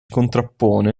contrappone